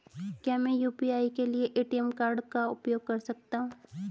क्या मैं यू.पी.आई के लिए ए.टी.एम कार्ड का उपयोग कर सकता हूँ?